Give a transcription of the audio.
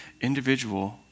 individual